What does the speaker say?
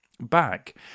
back